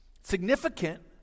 Significant